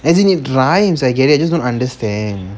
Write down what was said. as in it rhymes I get I just don't understand